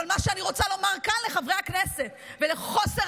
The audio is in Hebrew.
אבל מה שאני רוצה לומר כאן לחברי הכנסת על חוסר